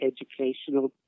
educational